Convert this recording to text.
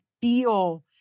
feel